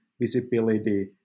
visibility